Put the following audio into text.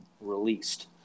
released